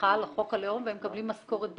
כמחאה על חוק הלאום, והם מקבלים משכורת בחינם.